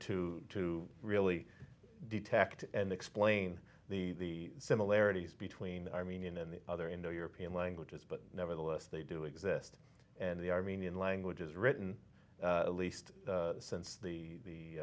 to to really detect and explain the similarities between armenian and the other indo european languages but nevertheless they do exist and the armenian language is written at least since the